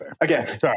again